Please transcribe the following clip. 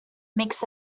makes